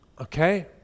okay